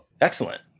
excellent